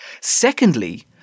Secondly